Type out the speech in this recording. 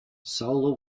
solar